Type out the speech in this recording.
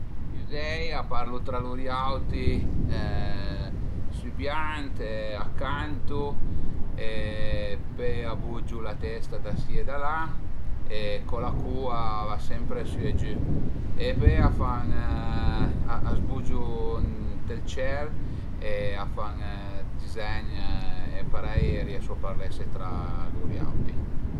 I üzei a parlu tra lur auti sübiant e a cantu, pöi a bugiu la testa da si e da la e co la cua a va sempre sü e giü e pöi a fan, a s'bugiu ënt ël ciel e a fan dë dizegn e parei riesu a parlese tra lur auti